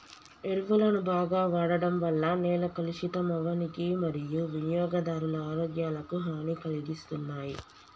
ఎరువులను బాగ వాడడం వల్ల నేల కలుషితం అవ్వనీకి మరియూ వినియోగదారుల ఆరోగ్యాలకు హనీ కలిగిస్తున్నాయి